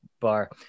bar